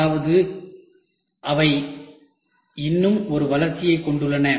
அதாவது அவை இன்னும் ஒரு வளர்ச்சியைக் கொண்டுள்ளன